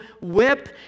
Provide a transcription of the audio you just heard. whip